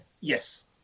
Yes